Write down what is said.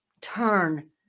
turn